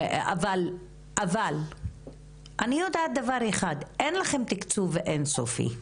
אבל אני יודעת דבר אחד, אין לכם תקצוב אין-סופי.